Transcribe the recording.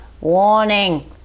warning